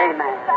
Amen